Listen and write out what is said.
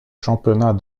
championnats